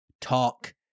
talk